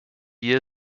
wir